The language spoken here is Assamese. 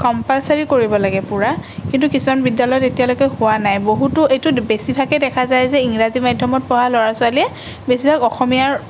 কম্পালচৰি কৰিব লাগে পূৰা কিন্তু কিছুমান বিদ্যালয়ত এতিয়ালৈকে হোৱা নাই বহুতো এইটো বেছিভাগেই দেখা যায় যে ইংৰাজী মাধ্যমত পঢ়া ল'ৰা ছোৱালীয়ে বেছিভাগ অসমীয়াৰ